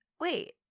wait